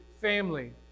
family